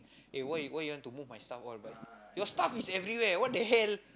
eh why why you want to move my stuff all your stuff is everywhere what the hell